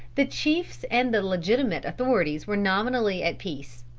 the chiefs and the legitimate authorities were nominally at peace.